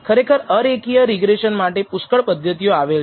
ખરેખર અરેખીય રિગ્રેસન માટે પુષ્કળ પદ્ધતિઓ આવેલ છે